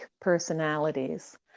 personalities